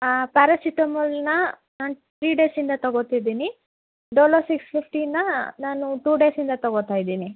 ಪ್ಯಾರಾಸಿಟಾಮಾಲನ್ನ ನಾನು ತ್ರಿ ಡೇಸಿಂದ ತಗೋತಿದ್ದೀನಿ ಡೋಲೋ ಸಿಕ್ಸ್ ಫಿಫ್ಟಿನ ನಾನು ಟು ಡೇಸಿಂದ ತಗೊಳ್ತಾ ಇದ್ದೀನಿ